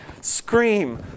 scream